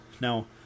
Now